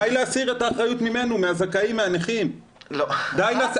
די להסיר את האחריות ממנו, מהזכאים, מהנכים.